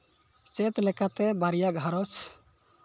ᱪᱮᱫ ᱞᱮᱠᱟᱛᱮ ᱵᱟᱨᱭᱟ ᱜᱷᱟᱨᱚᱸᱡᱽ